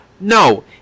No